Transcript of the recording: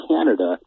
Canada